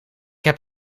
heb